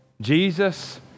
Jesus